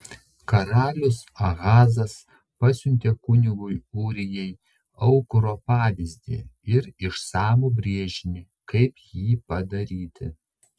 karalius ahazas pasiuntė kunigui ūrijai aukuro pavyzdį ir išsamų brėžinį kaip jį padaryti